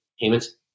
payments